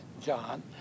John